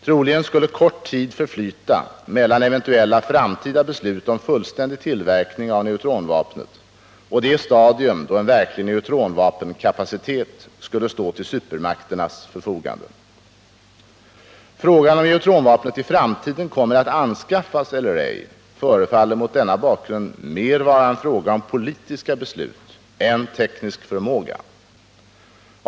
Troligen skulle kort tid förflyta mellan eventuella framtida beslut om fullständig tillverkning av neutronvapnet och det stadium då en verklig neutronvapenkapacitet skulle stå till supermakternas förfogande. Frågan om neutronvapnet i framtiden kommer att anskaffas eller ej förefaller mot denna bakgrund mer vara en fråga om politiska beslut än teknisk förmåga.